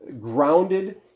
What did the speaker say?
grounded